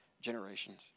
generations